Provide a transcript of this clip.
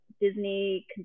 disney